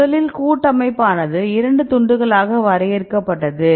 முதலில் கூட்டமைப்பானது இரண்டு துண்டுகளாக வரையறுக்கப்பட்டது